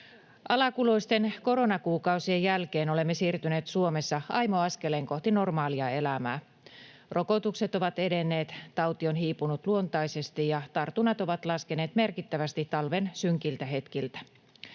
Alakuloisten koronakuukausien jälkeen olemme siirtyneet Suomessa aimo askeleen kohti normaalia elämää. Rokotukset ovat edenneet, tauti on hiipunut luontaisesti ja tartunnat ovat laskeneet merkittävästi talven synkiltä hetkiltä.